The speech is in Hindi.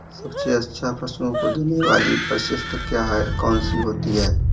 सबसे अच्छा पशुओं को देने वाली परिशिष्ट क्या है? कौन सी होती है?